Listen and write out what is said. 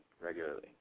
regularly